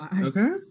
Okay